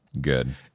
Good